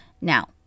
Now